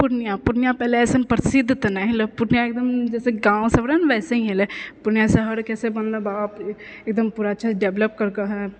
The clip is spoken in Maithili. पूर्णिया पूर्णिया पहिले अइसन प्रसिद्ध तऽ नहि हलै पूर्णिया एकदम जैसे गाँव सब रहै ने ओइसे ही हलै पूर्णिया शहर कैसे बनलै बाप रे एकदम पूरा अच्छासँ डेवलप करकऽ ह